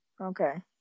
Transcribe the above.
Okay